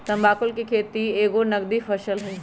तमाकुल कें खेति एगो नगदी फसल हइ